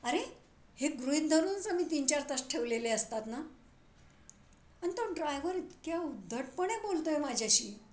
अरे हे गृहीत धरूनच आम्ही तीन चार तास ठेवलेले असतात ना आणि तो ड्रायवर इतक्या उद्धटपणे बोलतो आहे माझ्याशी